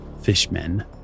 fishmen